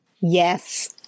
Yes